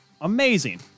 amazing